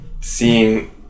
seeing